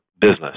business